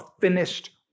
finished